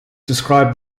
described